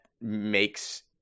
makes